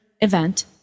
event